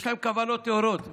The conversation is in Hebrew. יש להם כוונות טהורות וטובות,